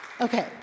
Okay